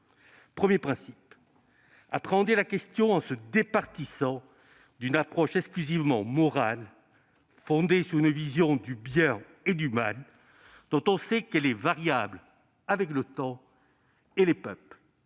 eux serait d'appréhender la question en se départant d'une approche exclusivement morale, fondée sur une vision du bien et du mal dont on sait qu'elle est variable avec le temps et les peuples.